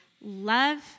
love